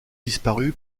disparu